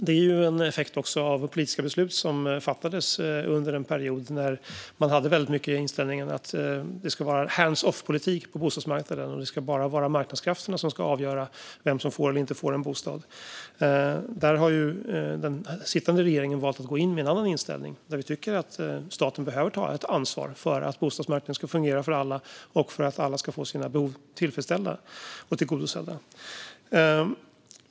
Det är ju en effekt av politiska beslut som fattades under en period när man väldigt mycket hade inställningen att det ska vara hands-off-politik på bostadsmarknaden och att bara marknadskrafterna ska avgöra vem som får eller inte får en bostad. Den sittande regeringen har valt en annan inställning. Vi tycker att staten behöver ta ett ansvar för att bostadsmarknaden ska fungera för alla och för att alla ska få sina behov tillfredsställda och tillgodosedda.